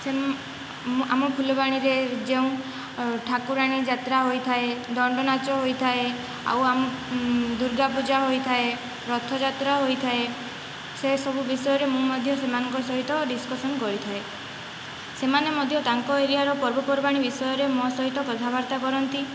same ଆମ ଫୁଲବାଣୀରେ ଯେଉଁ ଠାକୁରାଣୀ ଯାତ୍ରା ହୋଇଥାଏ ଦଣ୍ଡ ନାଚ ହୋଇଥାଏ ଆଉ ଆମ ଦୁର୍ଗା ପୂଜା ହୋଇଥାଏ ରଥଯାତ୍ରା ହୋଇଥାଏ ସେ ସବୁ ବିଷୟରେ ମୁଁ ମଧ୍ୟ ସେମାନଙ୍କ ସହିତ ଡିସ୍କଶନ କରିଥାଏ ସେମାନେ ମଧ୍ୟ ତାଙ୍କ ଏରିଆର ପର୍ବପର୍ବାଣୀ ବିଷୟରେ ମୋ ସହିତ କଥାବାର୍ତ୍ତା କରନ୍ତି